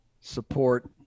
support